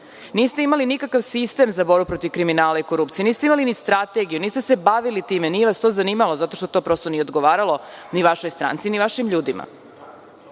Niste imali nikakav sistem za borbu protiv kriminala i korupcije, niste imali ni strategiju, niste se bavili time, nije vas to zanimalo, zato što to nije odgovaralo ni vašoj stranci ni vašim ljudima. Nekako